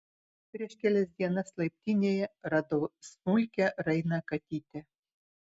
prieš kelias dienas laiptinėje radau smulkią rainą katytę